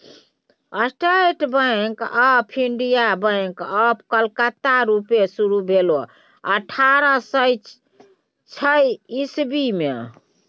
state bank of India, bank of Calcutta रुपे शुरु भेलै अठारह सय छअ इस्बी मे